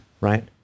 Right